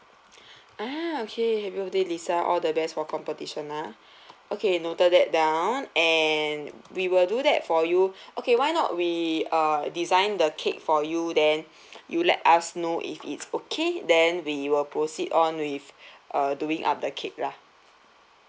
ah okay happy birthday lisa all the best for competition ah okay noted that down and we will do that for you okay why not we uh design the cake for you then you let us know if it's okay then we will proceed on with uh doing up the cake lah